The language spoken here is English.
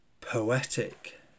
poetic